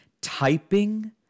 Typing